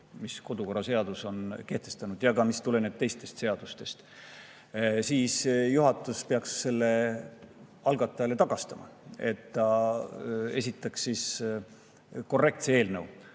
mis kodukorraseadus on kehtestanud ja mis tulenevad ka teistest seadustest, siis juhatus peaks selle algatajale tagastama, et ta esitaks korrektse eelnõu.